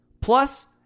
Plus